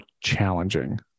challenging